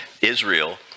Israel